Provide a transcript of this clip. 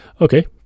Okay